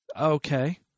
Okay